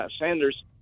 Sanders